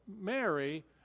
Mary